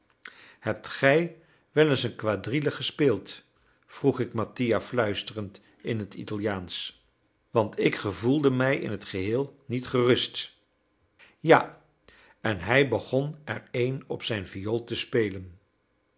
hebt gij wel eens een quadrille gespeeld vroeg ik mattia fluisterend in het italiaansch want ik gevoelde mij in het geheel niet gerust ja en hij begon er een op zijn viool te spelen